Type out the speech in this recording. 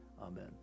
amen